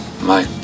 Mike